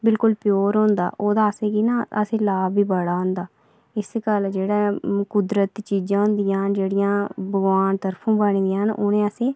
ओह्दा असेंगी ना लाभ लाभ बी बड़ा होंदा इस गल्ल जेह्ड़ा कुदरत दियां चीज़ां होंदियां जेह्ड़ियां भगवान तरफो बनी दियां उ'नें असेईं